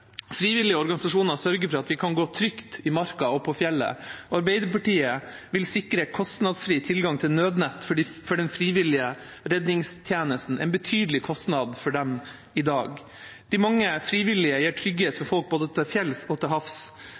Frivillige organisasjoner sørger for at vi kan gå trygt i marka og på fjellet. Arbeiderpartiet vil sikre kostnadsfri tilgang til nødnett for den frivillige redningstjenesten – en betydelig kostnad for dem i dag. De mange frivillige gir trygghet for folk både til fjells og til havs.